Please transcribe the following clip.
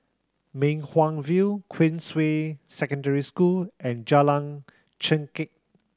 Mei Hwan View Queensway Secondary School and Jalan Chengkek